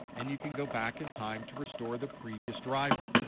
and you can go back in time to restore the previous driver.